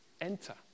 Enter